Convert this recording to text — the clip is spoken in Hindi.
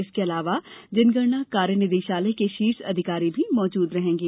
इनके अलावा जनगणना कार्य निदेशालय के शीर्ष अधिकारी भी मौजूद रहेंगे